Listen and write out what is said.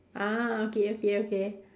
ah okay okay okay